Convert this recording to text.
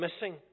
missing